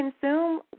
consume